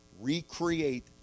recreate